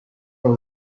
were